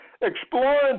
exploring